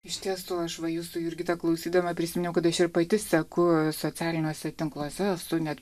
iš tiesų aš va jūsų jurgita klausydama prisiminiau kad aš ir pati seku socialiniuose tinkluose esu net